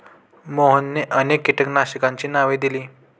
मोहनने अनेक कीटकनाशकांची नावे दिली